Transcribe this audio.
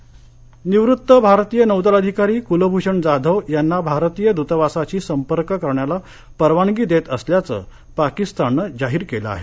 जयशंकर निवृत्त भारतीय नौदल अधिकारी कुलभूषण जाधव यांना भारतीय दूतावासाशी संपर्क करण्याला परवानगी देत असल्याचं पाकिस्ताननं जाहीर केलं आहे